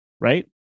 right